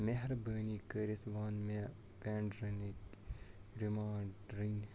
مہربٲنی کٔرِتھ ون مے پینڈرٔنِک ریماینڈرنگ مُتعلق